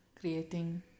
creating